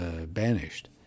banished